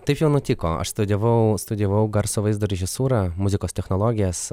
taip jau nutiko aš studijavau studijavau garso vaizdo režisūrą muzikos technologijas